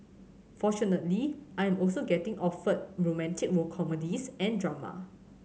fortunately I am also getting offered romantic comedies and drama